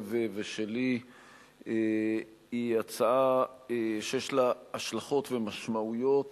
אורלב ושלי היא הצעה שיש לה השלכות ומשמעויות